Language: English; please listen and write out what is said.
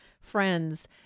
friends